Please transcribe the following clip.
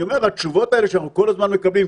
אני שאומר שהתשובות האלה שאנחנו כל הזמן מקבלים,